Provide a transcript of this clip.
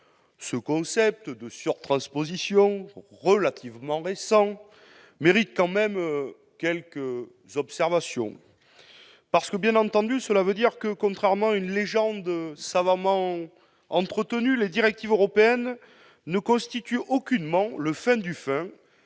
Ce concept, relativement récent, mérite quand même quelques observations. Cela voudrait dire que, contrairement à une légende savamment entretenue, les directives européennes ne constituent aucunement le fin du fin